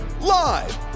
live